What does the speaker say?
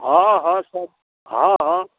हँ हँ सभ हँ हँ